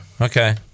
okay